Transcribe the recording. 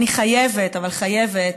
אני חייבת, אבל חייבת,